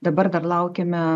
dabar dar laukiame